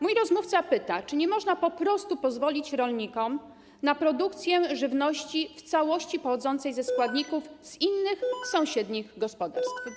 Mój rozmówca pyta, czy nie można po prostu pozwolić rolnikom na produkcję żywności w całości pochodzącej ze składników z innych, sąsiednich gospodarstw.